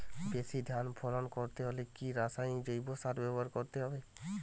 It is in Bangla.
বেশি ধান ফলন করতে হলে কি রাসায়নিক জৈব সার ব্যবহার করতে হবে?